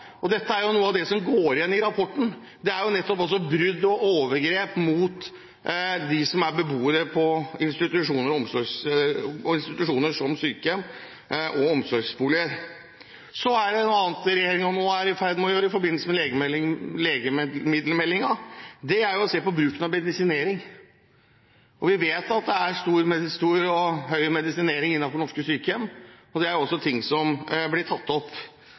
Noe av det som går igjen i rapporten, er nettopp brudd og overgrep mot dem som er beboere på institusjoner som sykehjem og omsorgsboliger. Noe annet som regjeringen er i ferd med å gjøre i forbindelse med legemiddelmeldingen, er å se på bruken av medisinering. Vi vet at det er mye medisinering ved norske sykehjem. Det er også noe som blir tatt opp.